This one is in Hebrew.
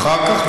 אחר כך?